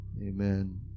Amen